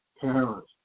parents